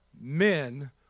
men